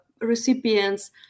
recipients